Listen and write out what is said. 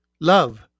love